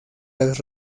las